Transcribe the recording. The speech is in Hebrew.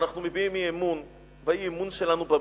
אנחנו מביעים אי-אמון, והאי-אמון שלנו הוא בממשלה.